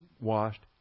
washed